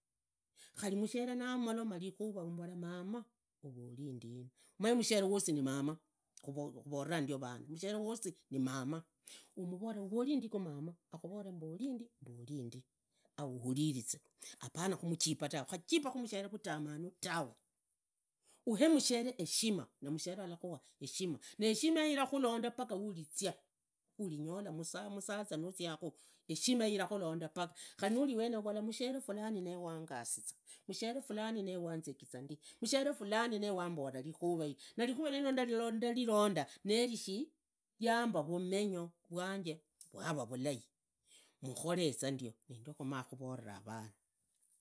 Khari mushere numoloma likhura, mbola mama uvoli ndina, umanye mushere wasi ni mamaa, khuvoraa ndio vana, mushere wasi ni mamaa, umuvoraa uvorindikhu mamaa akhuvolaa mboli ndi, ahulilize apana khumujipa ta, ukhajipa khu mushere tawe, vutamanu tawe, uhemushere heshima na musheree avakhuaa heshima na heshima yeyo ilakhulonda paka ulizia, ulinyola musasaza nuziokhu heshima yeyo ilikhulonda paka khari nuriweneyo, mushere fulani ne wambola rikhura yiri na rikhura rilonda navilonda nerishi riamba vumenyo vwanje vulava vulai mukhoreza ndio khamakhuvoora vana.